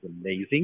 amazing